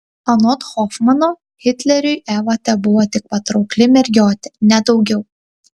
anot hofmano hitleriui eva tebuvo tik patraukli mergiotė ne daugiau